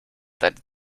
that